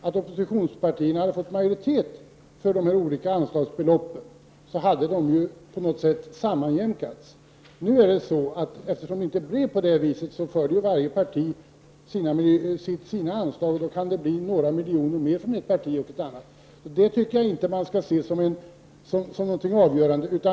Om oppositionspartierna hade fått majoritet för dessa olika anslagsbelopp hade de på något sätt sammanjämkats. Eftersom det inte blev på det viset stöder varje parti sina föreslagna anslag, och då kan det bli några miljoner mer i anslag från ett parti i förhållande till ett annat. Det tycker jag inte man skall se som något avgörande.